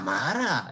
amara